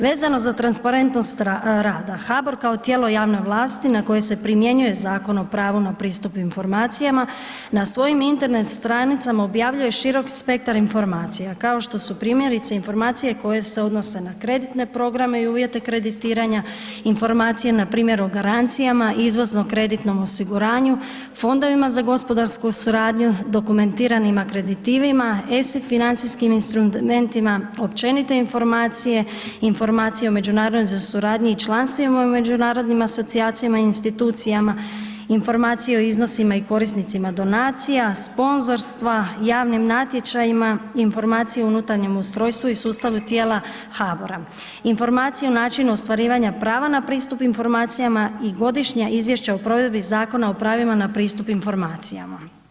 Vezano za transparentnost rada, HBOR kao tijelo javne vlasti na koje se primjenjuje Zakon o pravu na pristup informacijama, na svojim internet stranicama objavljuje širok spektar informacija, kao što su primjerice, informacije koje se odnose na kreditne programe i uvjete kreditiranja, informacije npr. o garancijama, izvozno kreditnom osiguranju, fondovima za gospodarsku suradnju, dokumentiranim akreditivima, ESI financijskim instrumentima, općenite informacije, informacije o međunarodnoj suradnji i članstvima u međunarodnim asocijacijama i institucijama, informacije o iznosima i korisnicima donacija, sponzorstva, javnim natječajima, informacije o unutarnjem ustrojstvu i sustavu tijela HBOR-a, informacije o načinu ostvarivanja prava na pristup informacijama i Godišnja izvješća o provedbi Zakona o pravima na pristup informacijama.